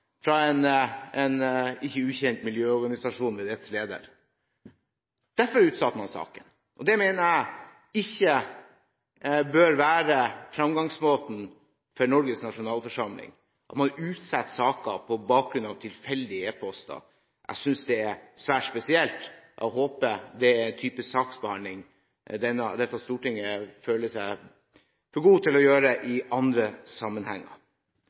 Derfor utsatte man saken. Det mener jeg ikke bør være fremgangsmåten for Norges nasjonalforsamling: at man utsetter saker på bakgrunn av tilfeldige e-poster. Jeg synes det er svært spesielt, og håper det er en type saksbehandling dette stortinget føler seg for god til å ha i andre sammenhenger.